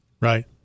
Right